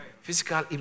physical